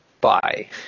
Bye